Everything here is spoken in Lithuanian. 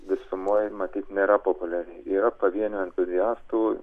visumoj matyt nėra populiari yra pavienių entuziastų